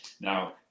Now